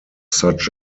such